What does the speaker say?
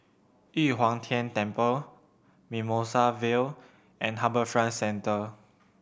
Yu Huang Tian Temple Mimosa Vale and HarbourFront Centre